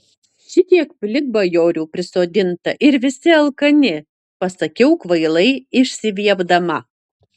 šitiek plikbajorių prisodinta ir visi alkani pasakiau kvailai išsiviepdama